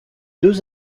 deux